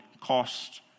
cost